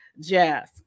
jazz